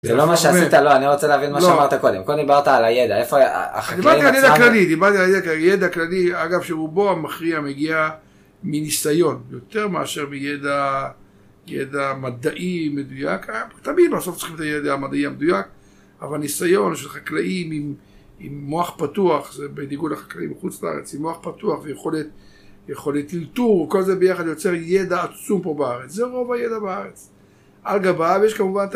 זה לא מה שעשית, לא, אני רוצה להבין מה שאמרת קודם. קודם דיברת על הידע. איפה היה, החקלאים עצמם.. אני דיברתי על ידע כללי, דיברתי על הידע כללי. ידע כללי, אגב, שרובו המכריע מגיע מניסיון, יותר מאשר מידע... ידע מדעי מדויק. תמיד בסוף צריכים את הידע המדעי המדויק, אבל ניסיון של חקלאים עם מוח פתוח, זה בניגוד החקלאים מחוץ לארץ, עם מוח פתוח, ויכולת... יכולת אילתור, כל זה ביחד יוצר ידע עצום פה בארץ, זה רוב הידע בארץ. אגב, ואז יש כמובן את...